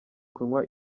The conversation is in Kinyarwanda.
kunywa